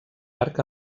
arc